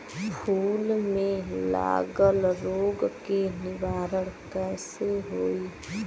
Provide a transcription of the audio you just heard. फूल में लागल रोग के निवारण कैसे होयी?